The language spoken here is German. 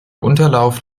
unterlauf